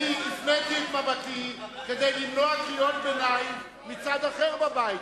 הפניתי את מבטי כדי למנוע קריאות ביניים מצד אחר בבית.